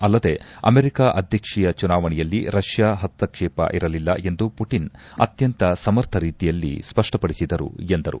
ಅಲ್ಲದೇ ಅಮೆರಿಕ ಅಧ್ವಕ್ಷೀಯ ಚುನಾವಣೆಯಲ್ಲಿ ರಷ್ಯಾ ಹಸ್ತಕ್ಷೇಪ ಇರಲಿಲ್ಲ ಎಂದು ಪುಟಿನ್ ಅತ್ಯಂತ ಸಮರ್ಥ ರೀತಿಯಲ್ಲಿ ಸ್ಪಷ್ಟಪಡಿಸಿದರು ಎಂದರು